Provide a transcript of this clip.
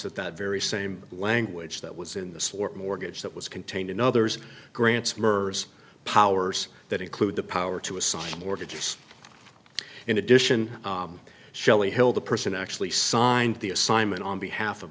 that that very same language that was in this work mortgage that was contained in others grants mergers powers that include the power to assign mortgages in addition shelly hill the person actually signed the assignment on behalf of